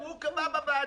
הוא קבע בוועדה.